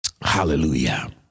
Hallelujah